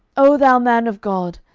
o thou man of god,